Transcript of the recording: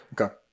Okay